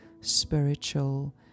spiritual